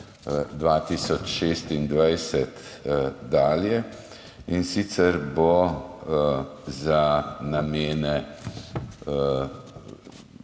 2026 dalje, in sicer bo za namene